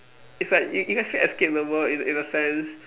it's like you you can still escape the world in in a sense